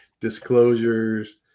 Disclosures